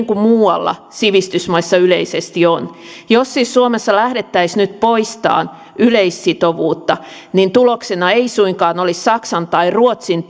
kuin muualla sivistysmaissa yleisesti on jos siis suomessa lähdettäisiin nyt poistamaan yleissitovuutta niin tuloksena ei suinkaan olisi saksan tai ruotsin